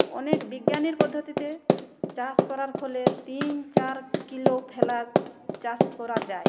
অনেক বিজ্ঞানীর পদ্ধতিতে চাষ করার ফলে তিন চার কিলো ফেলার চাষ করা যায়